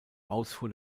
ausfuhr